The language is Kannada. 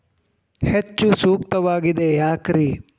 ಹೆಚ್ಚು ಸೂಕ್ತವಾಗಿದೆ ಯಾಕ್ರಿ?